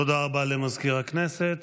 תודה רבה למזכיר הכנסת.